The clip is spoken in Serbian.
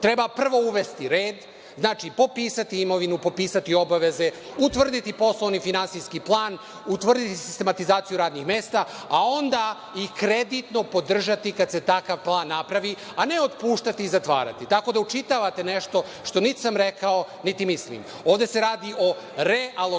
treba prvo uvesti red, popisati imovinu, obaveze, utvrditi poslovni i finansijski plan, utvrditi sistematizaciju radnih mesta, a onda i kreditno podržati kada se takav plan napravi, a ne otpuštati i zatvarati. Učitavate nešto što niti sam rekao, niti mislim. Ovde se radi o realokaciji